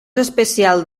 especial